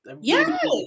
Yes